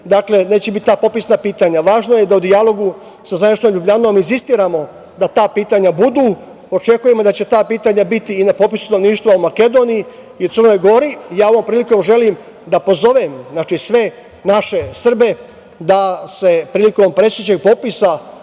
da nećemo imati ta popisna pitanja. Važno je da u dijalogu sa zvaničnom Ljubljanom insistiramo da ta pitanja budu. Očekujemo da će ta pitanja biti i na popisu stanovništva u Makedoniji i u Crnoj Gori. Ovom prilikom želim da pozovem sve naše Srbe da se prilikom predstojećeg popisa